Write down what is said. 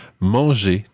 Manger